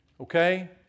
Okay